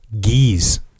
geese